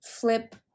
flip